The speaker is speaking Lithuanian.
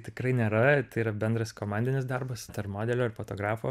tikrai nėra tai yra bendras komandinis darbas tarp modelio ir fotografo